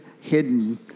hidden